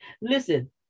listen